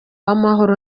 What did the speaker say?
w’amahoro